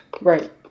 Right